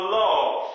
love